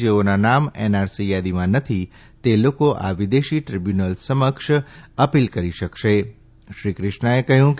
જેઓના નામ એનઆરસી યાદીમાં નથી તે લોકો આ વિદેશી દ્રિબ્યુનલ સમક્ષ અપીલ કરી શકશેશ્રી ક્રિષ્નાએ કહ્યું કે